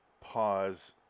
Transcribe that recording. Pause